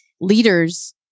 leaders